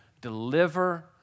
deliver